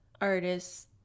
artists